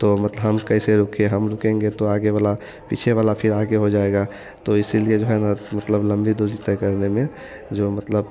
तो मतलब हम कैसे रुके हम रुकेंगे तो आगे वाला पीछे वला फ़िर आगे हो जाएगा तो इसीलिए जो है न मतलब लंबी दूरी तय करने में जो मतलब